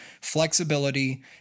flexibility